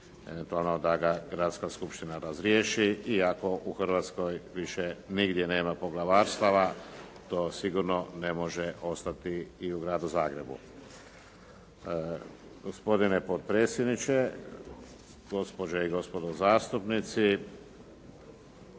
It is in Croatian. mogućnosti da ga Gradska skupština razriješi iako u Hrvatskoj više nigdje nema poglavarstava to sigurno ne može ostati i u Gradu Zagrebu. Gospodine potpredsjedniče, gospođe i gospodo zastupnici